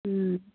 ꯎꯝ